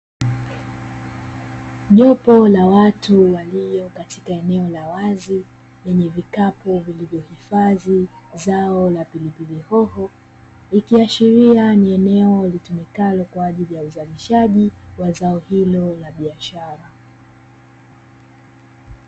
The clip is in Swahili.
Jopo la watu walio katika eneo la wazi lenye vikapu, vilivyohifadhi zao la pilipili hoho; ikiashiria ni eneo litumikalo kwa ajili ya uzalishaji wa zao hilo la biashara.